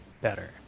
better